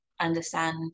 understand